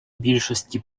більшості